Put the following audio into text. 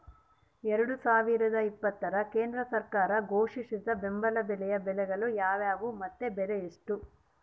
ಎರಡು ಸಾವಿರದ ಇಪ್ಪತ್ತರ ಕೇಂದ್ರ ಸರ್ಕಾರ ಘೋಷಿಸಿದ ಬೆಂಬಲ ಬೆಲೆಯ ಬೆಳೆಗಳು ಯಾವುವು ಮತ್ತು ಬೆಲೆ ಎಷ್ಟು?